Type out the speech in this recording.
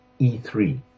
E3